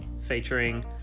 featuring